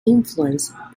influenced